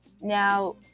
now